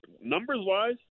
numbers-wise